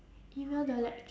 email the lec~